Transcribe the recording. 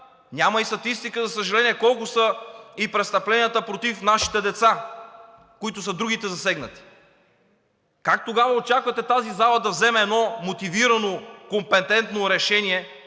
Няма и статистика, за съжаление, колко са и престъпленията против нашите деца, които са другите засегнати. Как тогава очаквате тази зала да вземе едно мотивирано компетентно решение